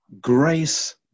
grace